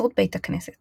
היווצרות בית הכנסת